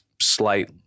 slight